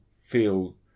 feel